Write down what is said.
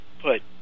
put